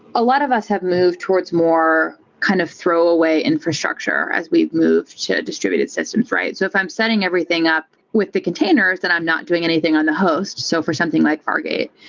a lot of us have moved towards more kind of throw away infrastructure as we've moved to a distributed systems, right? so if i'm setting everything up with the containers, then i'm not doing anything on the host. so for something like fargate,